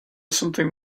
something